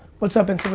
what's up, and